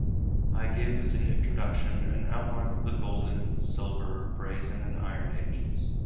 i give as an introduction an outline of the golden, silver, brazen and iron ages,